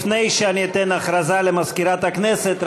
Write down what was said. לפני שאני אתן רשות להודעה למזכירת הכנסת,